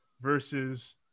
versus